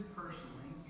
personally